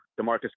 DeMarcus